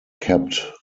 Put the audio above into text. kept